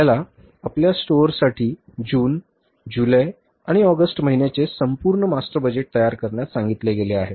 आपल्याला आपल्या स्टोअरसाठी जून जुलै आणि ऑगस्ट महिन्याचे संपूर्ण मास्टर बजेट तयार करण्यास सांगितले गेले आहे